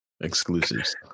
exclusives